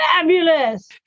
Fabulous